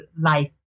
life